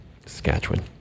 Saskatchewan